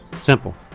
simple